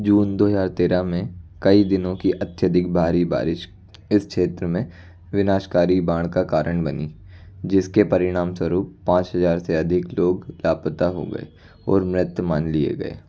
जून दो हज़ार तेरह में कई दिनों कि अत्यधिक भारी बारिश इस क्षेत्र में विनाशकारी बाड़ का कारण बनी जिसके परिणामस्वरूप पाँच हज़ार से अधिक लोग लापता हो गए और मृत मान लिए गए